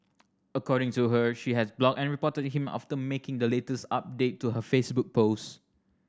according to her she has blocked and reported him after making the latest update to her Facebook post